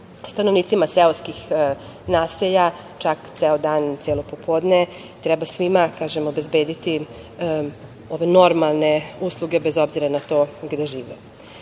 stanovnicima seoskih naselja čak ceo dan i celo popodne. Treba svima, kažem, obezbediti ove normalne usluge, bez obzira na to gde žive. Mi